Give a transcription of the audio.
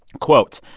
quote,